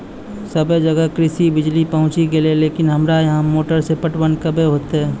सबे जगह कृषि बिज़ली पहुंची गेलै लेकिन हमरा यहाँ मोटर से पटवन कबे होतय?